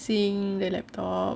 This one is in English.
seeing the laptop